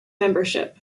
membership